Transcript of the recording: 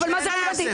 אבל מה זה רלוונטי?